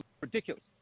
ridiculous